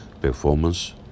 performance